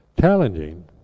challenging